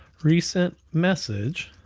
recent message